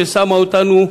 ששמה אותנו,